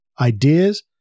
ideas